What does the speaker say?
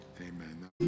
Amen